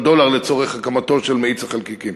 דולר לצורך הקמתו של מאיץ החלקיקים.